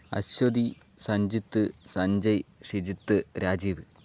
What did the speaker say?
Aswathy Sanjith Sanjay Shijith Rajeev